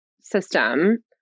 system